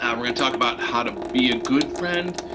um we're gonna talk about how to be a good friend,